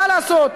מה לעשות.